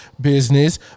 business